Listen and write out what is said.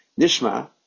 Nishma